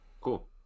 cool